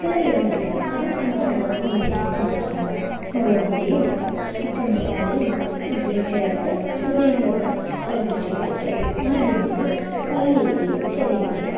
ചെറിയൊരു മസാല അത് എൻ്റെ മാത്രം ഒരു സീക്രട്ട് മസാലയാണ് മുളക് പൊടിയും ചിക്കൻ മസാലയും ഇത്രയും ചേർത്ത് അതിനെയും കൂടെ ഒന്ന് തിളപ്പിച്ചെടുത്തിട്ട് ആദ്യം നമ്മൾ വലിയ ഉള്ളിയും ചെറിയ ഉള്ളിയും